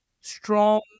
strong